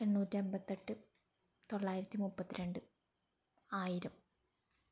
എണ്ണൂറ്റി അൻപത്തെട്ട് തൊള്ളായിരത്തി മുപ്പത്തിരണ്ട് ആയിരം